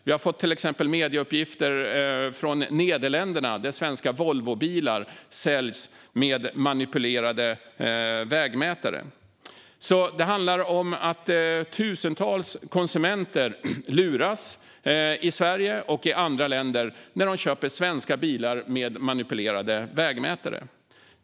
Vi har till exempel fått medieuppgifter från Nederländerna, där svenska Volvobilar säljs med manipulerade vägmätare. Det handlar om att tusentals konsumenter luras i Sverige och i andra länder när de köper svenska bilar med manipulerade vägmätare.